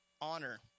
honor